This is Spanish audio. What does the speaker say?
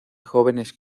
jóvenes